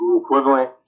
equivalent